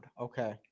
okay